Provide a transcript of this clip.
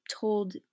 told